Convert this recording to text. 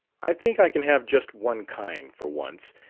i think i can have just one kind, for once,